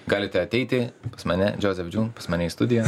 galite ateiti pas mane džozef džiūn pas mane į studiją